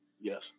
Yes